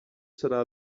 serà